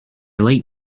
like